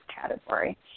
category